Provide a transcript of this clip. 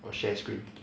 我 share screen